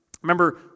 Remember